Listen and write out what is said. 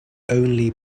only